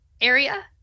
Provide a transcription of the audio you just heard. area